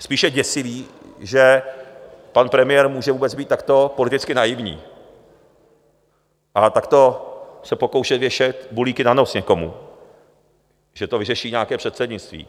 Spíše je děsivý, že pan premiér může vůbec být takto politicky naivní a takto se pokoušet věšet bulíky na nos někomu, že to vyřeší nějaké předsednictví.